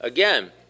Again